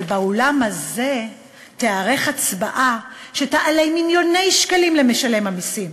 אבל באולם הזה תיערך הצבעה שתעלה מיליוני שקלים למשלם המסים.